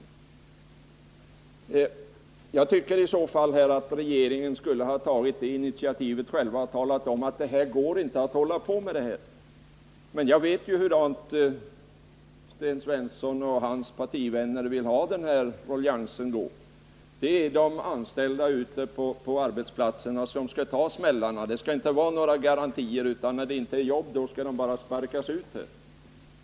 Om anställningsgarantin inte är bra, borde regeringen själv ha tagit initiativet och talat om att det inte går att utfärda sådana här garantier. Men jag vet hur Sten Svensson och hans partivänner vill ha denna ruljans. Det är de anställda ute på arbetsplatserna som skall ta smällarna. Det skall inte finnas några garantier, utan när det inte finns jobb skall de anställda bara sparkas ut.